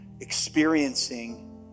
experiencing